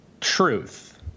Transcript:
truth